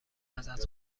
ازت